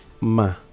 Ma